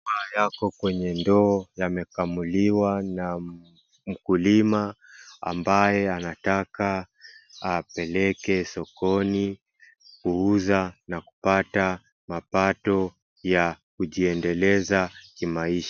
Yako kwenye ndoo yamekamuliwa na mkulima ambaye anataka apeleke sokoni kuuza na kupata mapato ya kujiendeleza kimaisha.